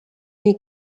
nii